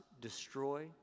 destroy